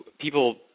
people